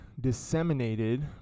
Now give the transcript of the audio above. disseminated